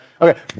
Okay